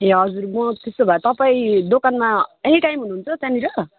ए हजुर म त्यसो भए तपाईँ दोकानमा एनिटाइम हुनुहुन्छ त्यहाँनिर